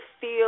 feel